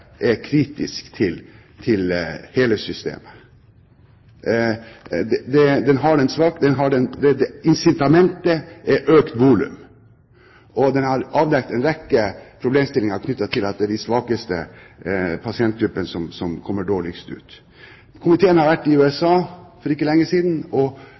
er kritisk til hele systemet. Incitamentet er økt volum, og det er avdekket en rekke problemstillinger knyttet til at det er de svakeste pasientgruppene som kommer dårligst ut. Komiteen har vært i USA for ikke lenge siden og